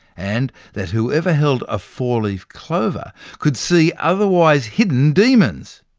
and that whoever held a four-leaf clover could see otherwise-hidden demons.